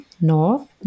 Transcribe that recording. north